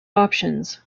options